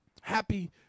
Happy